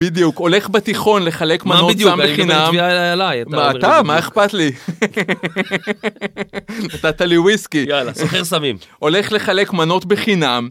בדיוק הולך בתיכון לחלק מנות בחינם מה אתה מה אכפת לי? נתת לי וויסקי יאללה סוחר סמים הולך לחלק מנות בחינם